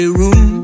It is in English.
room